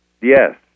Yes